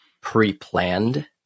pre-planned